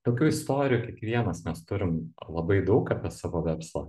tokių istorijų kiekvienas mes turim labai daug apie savo verslą